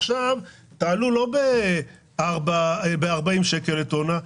עכשיו תעלו לא ב-40 שקל לטונה".